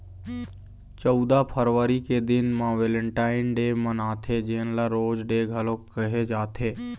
चउदा फरवरी के दिन म वेलेंटाइन डे मनाथे जेन ल रोज डे घलोक कहे जाथे